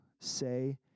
say